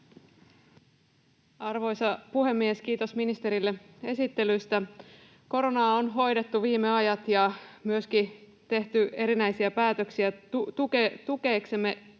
Arvoisa puhemies! Kiitos ministerille esittelystä. Koronaa on hoidettu viime ajat ja myöskin tehty erinäisiä päätöksiä tukeaksemme